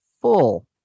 full